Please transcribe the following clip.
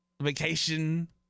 vacation